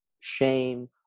shame